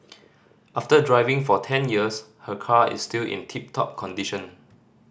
after driving for ten years her car is still in tip top condition